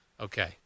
Okay